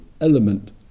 element